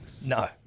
No